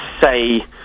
say